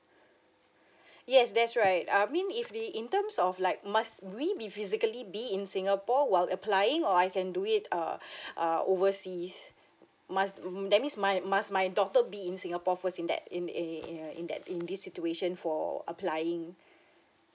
yes that's right I mean if the in terms of like must we be physically be in singapore while applying or I can do it uh uh oversea must mm that means my must my daughter be in singapore first in that in eh uh in that in this situation for applying